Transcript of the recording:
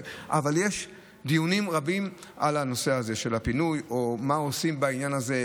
אבל יש דיונים רבים על הנושא הזה של הפינוי או מה עושים בעניין הזה,